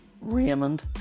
raymond